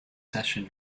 session